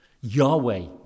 Yahweh